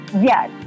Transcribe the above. yes